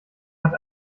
hat